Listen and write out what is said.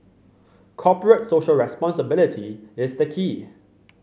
Corporate Social Responsibility is the key